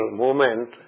movement